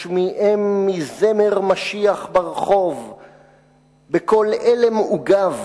השמיעם מזמר משיח ברחוב,/ בקול עלם עוגב!